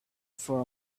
for